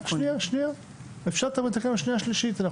ואפשר לתקן בשנייה ושלישית,